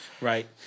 Right